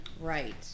Right